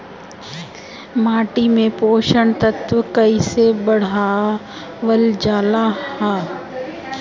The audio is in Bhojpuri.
माटी में पोषक तत्व कईसे बढ़ावल जाला ह?